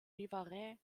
vivarais